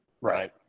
Right